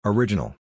Original